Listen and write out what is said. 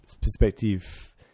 perspective